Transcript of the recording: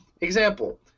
Example